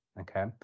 okay